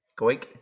goik